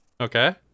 Okay